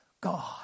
God